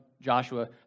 Joshua